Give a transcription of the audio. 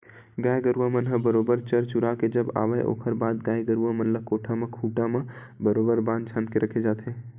गाय गरुवा मन ह बरोबर चर चुरा के जब आवय ओखर बाद गाय गरुवा मन ल कोठा म खूंटा म बरोबर बांध छांद के रखे जाथे